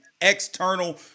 external